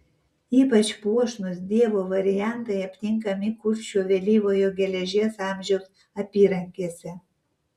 ypač puošnūs dievo variantai aptinkami kuršių vėlyvojo geležies amžiaus apyrankėse